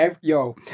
yo